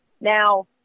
Now